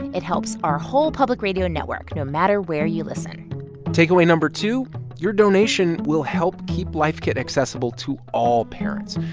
it helps our whole public radio network no matter where you listen takeaway no. two your donation will help keep life kit accessible to all parents.